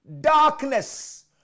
darkness